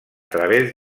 través